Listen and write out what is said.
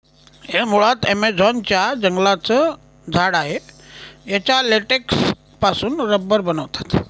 हे मुळात ॲमेझॉन च्या जंगलांचं झाड आहे याच्या लेटेक्स पासून रबर बनवतात